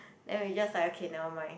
then we just like okay never mind